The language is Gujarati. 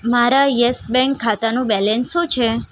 મારા યસ બેંક ખાતાનું બૅલેન્સ શું છે